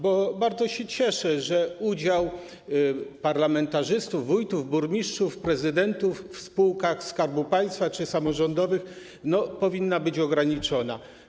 Bardzo się cieszę, bo udział parlamentarzystów, wójtów, burmistrzów i prezydentów w spółkach Skarbu Państwa czy samorządowych powinien być ograniczony.